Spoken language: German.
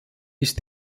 ist